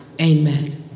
amen